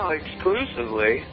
exclusively